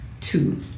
two